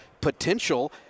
potential